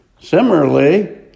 Similarly